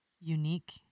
unique